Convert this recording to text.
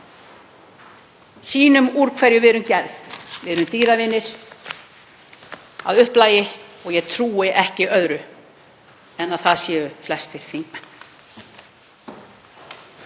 Sýnum úr hverju við erum gerð. Við erum dýravinir að upplagi og ég trúi ekki öðru en að það séu flestir þingmenn.